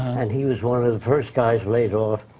and he was one of the first guys laid off.